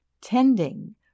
tending